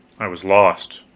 i was lost.